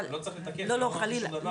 הרעיון הזה של קיצור זמנים למי שוותיק,